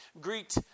Greet